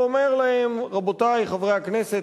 ואומר להם: רבותי חברי הכנסת,